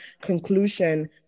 conclusion